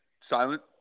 silent